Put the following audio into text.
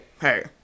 hey